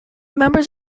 members